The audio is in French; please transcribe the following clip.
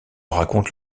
raconte